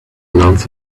announce